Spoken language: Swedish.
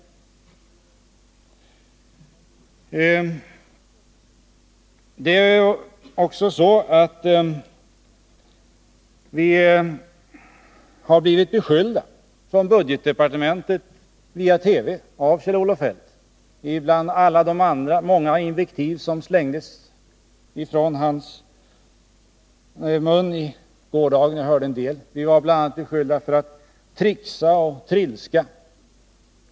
Kjell-Olof Feldt slängde ur sig många invektiv mot budgetdepartementet i TV — jag hörde en del av dem. BI. a. beskyllde han oss för att trixa och trilskas.